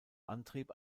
antrieb